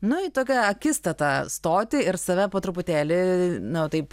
nu į tokią akistatą stoti ir save po truputėlį nu taip